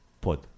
pod